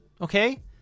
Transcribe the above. Okay